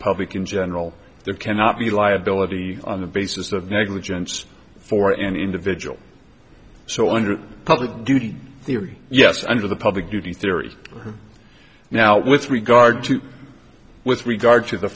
public in general there cannot be liability on the basis of negligence for an individual so under public duty theory yes under the public duty theory now with regard to with regard to the